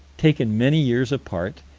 taken many years apart,